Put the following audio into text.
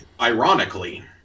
ironically